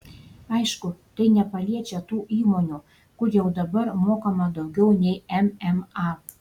aišku tai nepaliečia tų įmonių kur jau dabar mokama daugiau nei mma